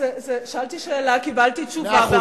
שאלתי שאלה וקיבלתי תשובה, מאה אחוז.